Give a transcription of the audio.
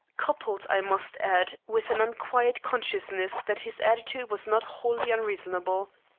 coupled, i must add, with an unquiet consciousness that his attitude was not wholly unreasonable.